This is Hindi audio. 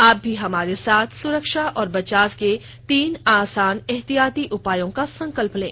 आप भी हमारे साथ सुरक्षा और बचाव के तीन आसान एहतियाती उपायों का संकल्प लें